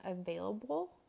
available